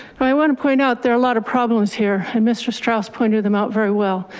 i want to point out. there are a lot of problems here and mr. strauss pointed them out very well.